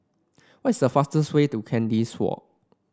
what is the fastest way to Kandis Walk